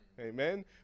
Amen